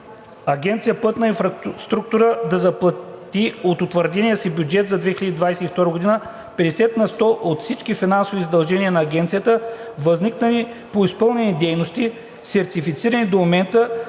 Агенция „Пътна инфраструктура“ да заплати от утвърдения си бюджет за 2022 г. 50 на сто от всички финансови задължения на Агенцията, възникнали по изпълнени дейности, сертифицирани до момента